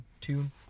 tune